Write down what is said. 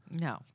No